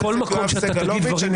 הוא לא אמר את הדבר הזה.